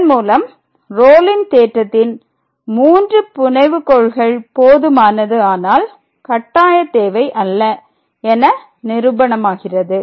இதன் மூலம் ரோலின் தேற்றத்தின் 3 புனைவுகோள்கள் போதுமானது ஆனால் கட்டாயத் தேவை அல்ல என நிரூபணமாகிறது